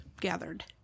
Gathered